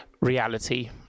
reality